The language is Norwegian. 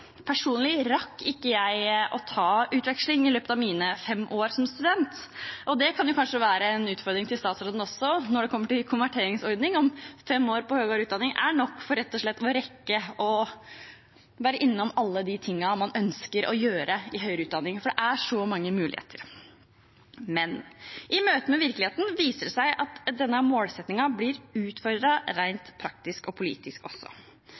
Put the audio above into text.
Personlig rakk jeg ikke å ta utveksling i løpet av mine fem år som student, og det kan kanskje være en utfordring til statsråden når det kommer til konverteringsordningen, om fem år er nok til rett og slett å rekke å være innom alt det man ønsker å gjøre i høyere utdanning, for det er så mange muligheter. I møte med virkeligheten viser det seg at denne målsettingen blir utfordret rent praktisk og politisk også.